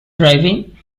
driving